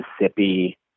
Mississippi